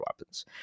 weapons